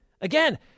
Again